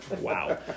Wow